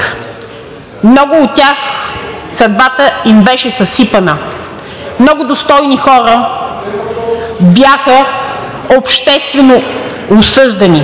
много от тях съдбата им беше съсипана. Много достойни хора бяха обществено осъждани.